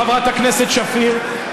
חברת הכנסת שפיר,